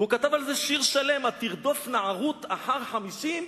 והוא כתב על זה שיר שלם: "התרדוף נערות אחר חמישים?"